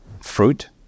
fruit